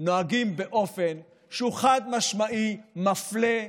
נוהגים באופן שהוא חד-משמעי מפלה,